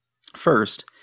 first